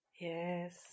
yes